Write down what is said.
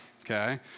okay